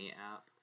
app